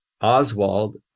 Oswald